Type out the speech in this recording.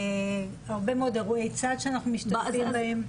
והרבה מאוד אירועי צד שאנחנו משתתפים בהם.